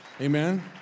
Amen